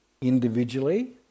individually